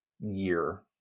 year